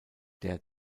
der